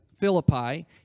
Philippi